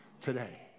today